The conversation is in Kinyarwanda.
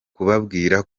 kubabwira